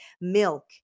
milk